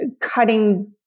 cutting